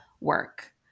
work